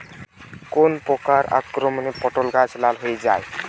কোন প্রকার আক্রমণে পটল গাছ লাল হয়ে যায়?